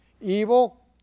Evil